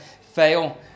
fail